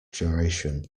duration